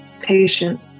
patient